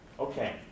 Okay